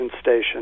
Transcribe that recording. station